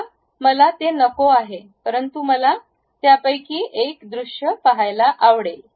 आता मला ते नको आहे परंतु मला यापैकी एक दृष्य पहायला आवडेल